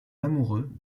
lamoureux